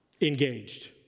engaged